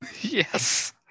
yes